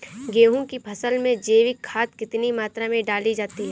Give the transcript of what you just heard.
गेहूँ की फसल में जैविक खाद कितनी मात्रा में डाली जाती है?